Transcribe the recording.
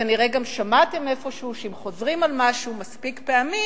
כנראה גם שמעתם איפשהו שאם חוזרים על משהו מספיק פעמים